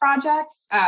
projects